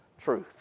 truth